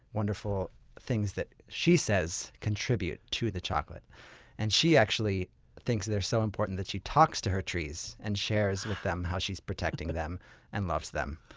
wonderful things that, she says, contribute to the chocolate and she actually thinks they're so important that she talks to her trees and shares with them how she's protecting them and loves them.